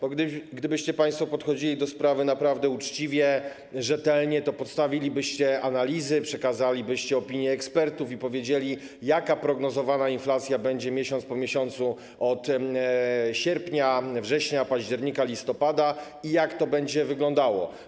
Bo gdybyście państwo podchodzili do sprawy naprawdę uczciwie, rzetelnie, to postawilibyście analizy, przekazalibyście opinie ekspertów i powiedzieli, jaka prognozowana inflacja będzie miesiąc po miesiącu, od sierpnia, września, października, listopada, i jak to będzie wyglądało.